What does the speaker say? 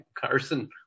carson